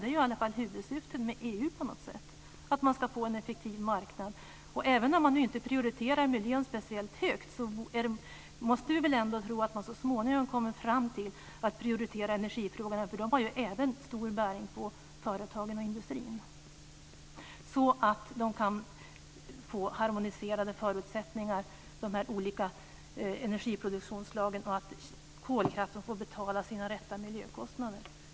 Det är i alla fall huvudsyftet med EU att få en effektiv marknad. Även om man inte prioriterar miljön speciellt högt måste vi väl tro att man så småningom kommer fram till att prioritera energifrågorna, som även har stor bäring på företagen och industrin, så att de olika energiproduktionsslagen kan få harmoniserade förutsättningar och kolkraften får betala sina rätta miljökostnader.